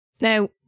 Now